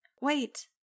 Wait